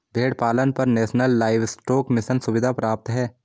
भेड़ पालन पर नेशनल लाइवस्टोक मिशन सुविधा प्राप्त होती है